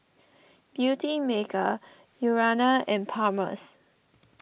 Beautymaker Urana and Palmer's